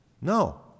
No